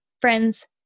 friends